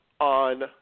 on